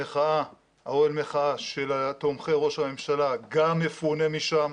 אוהל המחאה של תומכי ראש הממשלה גם מפונה משם.